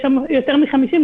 יש יותר מחמישים.